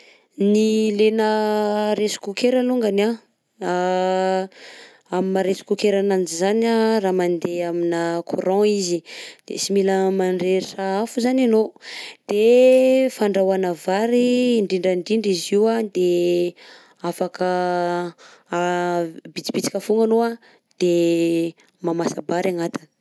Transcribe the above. Ny ilaina rice cooker alongany anh am'maha-rice cooker ananjy izany anh raha mandeha aminà courant izy de sy mila mandrehatra afo zany ianao de fandrahoàna vary indrindrandrindra izy io anh de afaka bitsibitsika foagna anao anh de mahamasa-bary agnatiny.